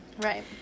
Right